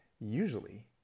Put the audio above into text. Usually